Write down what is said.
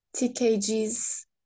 TKG's